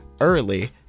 early